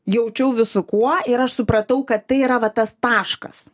jaučiau visu kuo ir aš supratau kad tai yra va tas taškas